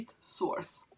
source